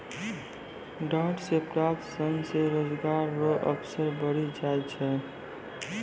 डांट से प्राप्त सन से रोजगार रो अवसर बढ़ी जाय छै